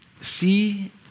see